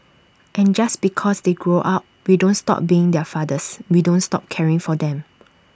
and just because they grow up we don't stop being their fathers we don't stop caring for them